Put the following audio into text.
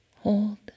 Hold